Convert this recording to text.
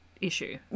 issue